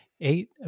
eight